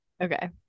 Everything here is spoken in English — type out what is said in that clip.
okay